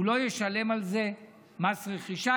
הוא לא ישלם על זה מס רכישה.